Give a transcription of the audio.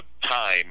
time